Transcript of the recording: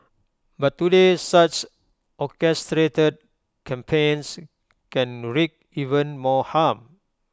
but today such orchestrated campaigns can wreak even more harm